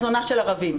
זונה של ערבים.